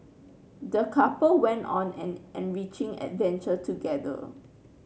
the couple went on an enriching adventure together